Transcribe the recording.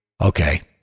Okay